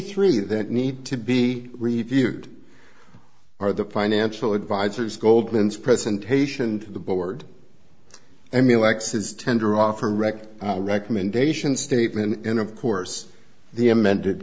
three that need to be reviewed are the financial advisors goldman's presentation to the board and he likes his tender offer record recommendations statement in of course the amended